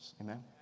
amen